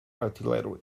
artillery